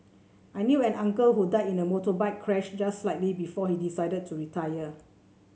I knew an uncle who died in a motorbike crash just slightly before he decided to retire